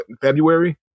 February